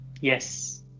Yes